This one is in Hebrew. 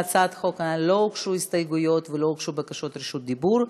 להצעת החוק לא הוגשו הסתייגויות ולא הוגשו בקשות רשות דיבור,